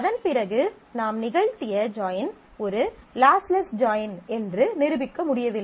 அதன்பிறகு நாம் நிகழ்த்திய ஜாயின் ஒரு லாஸ்லெஸ் ஜாயின் என்று நிரூபிக்க முடியவில்லை